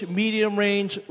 medium-range